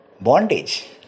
bondage